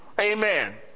Amen